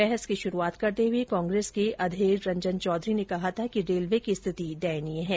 बहस की श्रुआत करते हुए कांग्रेस के अधीर रंजन चौधरी ने कहा था कि रेलवे की स्थिति देयनीय है